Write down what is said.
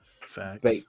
Facts